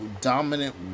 dominant